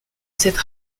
cette